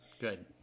good